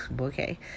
okay